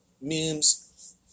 memes